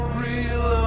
real